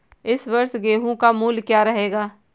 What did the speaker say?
इस वर्ष गेहूँ का मूल्य क्या रहेगा?